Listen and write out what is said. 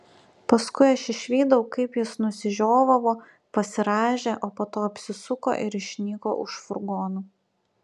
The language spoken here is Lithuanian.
paskui aš išvydau kaip jis nusižiovavo pasirąžė o po to apsisuko ir išnyko už furgonų